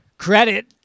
Credit